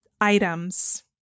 items